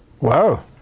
Wow